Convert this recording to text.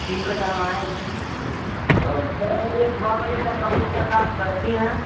ठीक है तो हम आएँगे और कै बजे कै बजे तक कै बजे तक आप बैठती हैं